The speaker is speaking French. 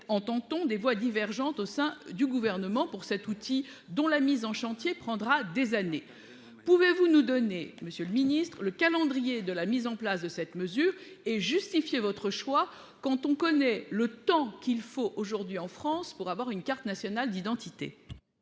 entend-on des voix divergentes au sein du gouvernement pour cet outil dont la mise en chantier prendra des années. Pouvez-vous nous donner Monsieur le Ministre, le calendrier de la mise en place de cette mesure est justifiée. Votre choix quand on connaît le temps qu'il faut aujourd'hui en France pour avoir une carte nationale d'identité.